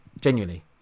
genuinely